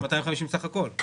250 סך הכול.